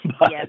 Yes